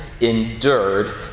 endured